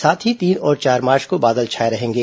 साथ ही तीन और चार मार्च को बादल छाए रहेंगे